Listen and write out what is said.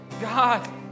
God